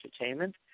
Entertainment